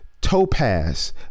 topaz